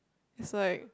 it's like